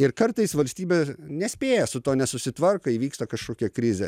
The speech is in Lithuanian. ir kartais valstybė nespėja su tuo nesusitvarko įvyksta kažkokia krizė